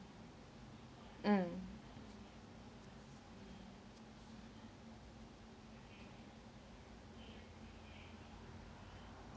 um